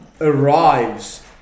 arrives